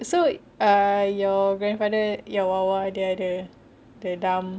so uh your grandfather your ada ada the dam